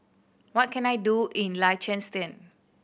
what can I do in Liechtenstein